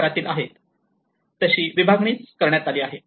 प्रकारातील आहे तशी विभागणी करण्यात आली आहे